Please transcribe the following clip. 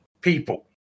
People